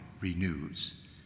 renews